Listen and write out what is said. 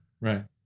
right